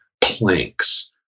planks